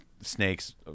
snakes